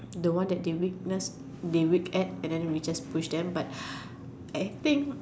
the one that they witness they weak at then we just push them but I think